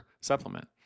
supplement